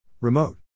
Remote